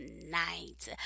tonight